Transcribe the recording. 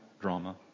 Drama